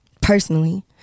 personally